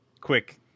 quick